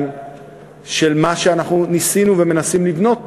של מה שאנחנו ניסינו ומנסים לבנות פה.